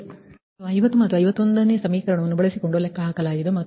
ಆದ್ದರಿಂದ 50 ಮತ್ತು 51 ಸಮೀಕರಣವನ್ನು ಬಳಸಿಕೊಂಡು ಲೆಕ್ಕಹಾಕಲಾಗುತ್ತದೆ